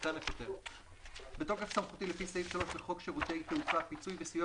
בתוקף סמכותי לפי סעיף 3 לחוק שירותי תעופה (פיצוי וסיוע